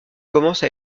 commence